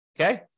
okay